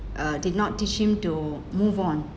uh did not teach him to move on